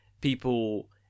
people